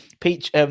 Peach